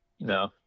no